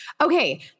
Okay